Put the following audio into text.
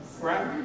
Right